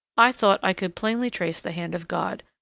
i thought i could plainly trace the hand of god,